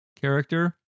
character